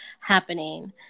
happening